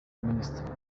minisitiri